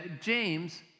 James